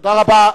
תודה רבה.